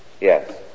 Yes